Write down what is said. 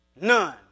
None